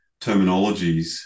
terminologies